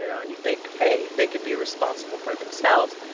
you know and you'd think, hey, they could be responsible for themselves,